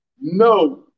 No